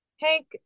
Hank